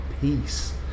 peace